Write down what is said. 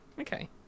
Okay